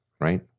right